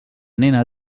nena